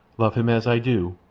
love him as i do,